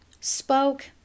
spoke